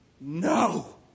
No